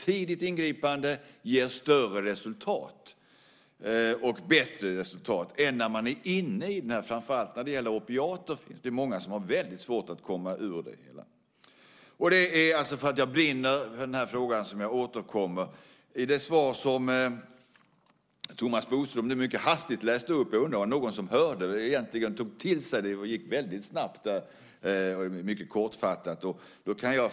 Tidigt ingripande ger större och bättre resultat än när människor är inne i det här. Framför allt när det gäller opiater finns det många som har svårt att komma ur missbruket. Det är alltså på grund av att jag brinner för frågan som jag återkommer. Det svar som Thomas Bodström nu mycket hastigt läste upp var mycket kortfattat. Jag undrar om det var någon som egentligen hörde eller kunde ta till sig det eftersom det gick så snabbt.